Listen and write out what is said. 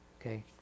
okay